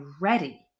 ready